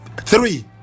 Three